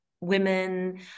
women